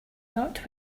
not